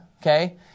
okay